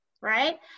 right